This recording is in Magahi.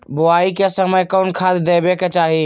बोआई के समय कौन खाद देवे के चाही?